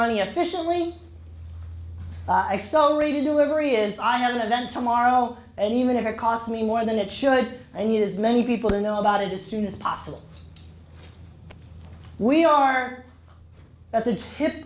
money officially accelerated delivery is i have an event tomorrow and even if it cost me more than it should i need as many people to know about it as soon as possible we are at the tip